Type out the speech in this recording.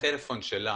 הטלפון שלה,